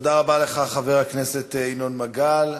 תודה רבה לך, חבר הכנסת ינון מגל.